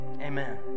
amen